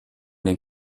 den